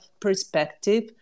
perspective